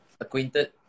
acquainted